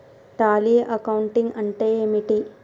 Tally accounting అంటే ఏమిటి?